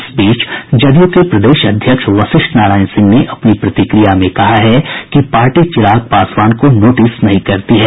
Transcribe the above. इस बीच जदयू के प्रदेश अध्यक्ष वशिष्ठ नारायण सिंह ने अपनी प्रतिक्रिया में कहा है कि पार्टी चिराग पासवान को नोटिस नहीं करती है